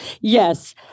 yes